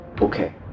okay